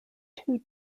two